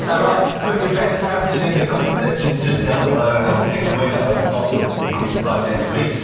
um right. put your best captions in the comment section just down below, and we'll pick a winner of the bottle this time next week.